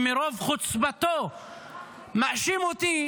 שברוב חוצפתו מאשים אותי